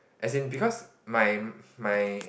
as in because my my